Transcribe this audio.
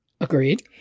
Agreed